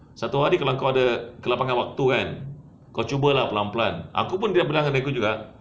satu hari kalau kau ada kelapangan waktu kan kau cuba lah pelan-pelan aku pun ada bilang diri aku juga